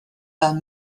fel